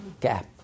gap